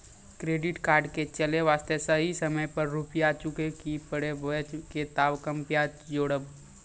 Credit card के चले वास्ते सही समय पर रुपिया चुके के पड़ी बेंच ने ताब कम ब्याज जोरब?